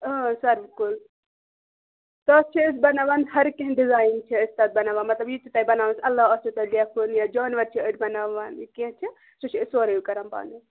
اۭں سَروٕ کُل تَتھ چھِ أسۍ بَناوان ہَر کیٚنٛہہ ڈِزایِن چھِ أسۍ تَتھ بَناوان مطلب یہِ تہِ تۄہہِ بَناوُن اللہ آسیو تۄہہِ لیکھُن یا جانوَر چھِ أڑۍ بَناوان یا کیٚنٛہہ چھِ سُہ چھِ أسۍ سورُے کَران پانَے